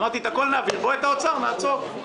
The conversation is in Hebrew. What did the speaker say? אמרתי לך, את הכול נעביר, בוא נעצור את ההוצאה.